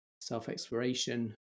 self-exploration